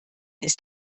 ist